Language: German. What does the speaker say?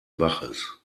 baches